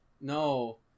No